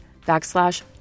backslash